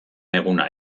eguna